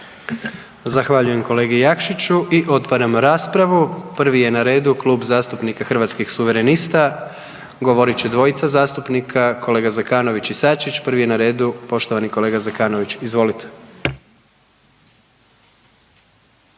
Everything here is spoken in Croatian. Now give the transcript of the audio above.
Zahvaljujem kolegi Jakšiću i otvaramo raspravu, prvi je na redu Klub zastupnika Hrvatskih suverenista, govorit će dvojica zastupnika, kolega Zekanović i Sačić, prvi je na redu poštovani kolega Zekanović, izvolite.